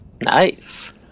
Nice